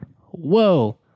whoa